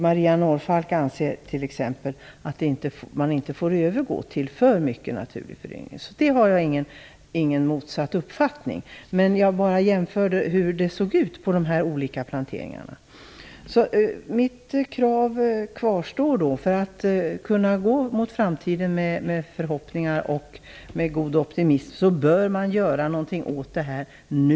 Maria Norrfalk t.ex. anser att man inte får övergå till för mycket naturlig föryngring. Där har jag alltså inte motsatt uppfattning. Jag bara jämförde de olika planteringarna med varandra. Mitt krav kvarstår. För att kunna gå mot framtiden med förhoppningar och med optimism bör det alltså göras något åt detta nu.